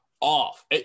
off